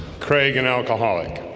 craig and alcoholic